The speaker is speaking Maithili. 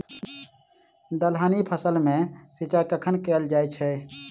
दलहनी फसल मे सिंचाई कखन कैल जाय छै?